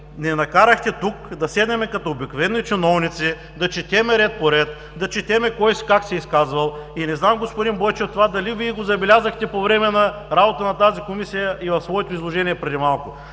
ни накарахте тук да седнем като обикновени чиновници, да четем ред по ред, да четем кой как се е изказвал. И не знам, господин Бойчев, това дали го забелязахте по време на работата на тази Комисия и в своето изложение преди малко?